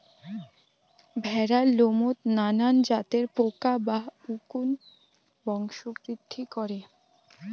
ভ্যাড়ার লোমত নানান জাতের পোকা বা উকুন বংশবৃদ্ধি করে